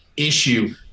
issue